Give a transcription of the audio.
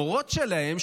המורות שלהם,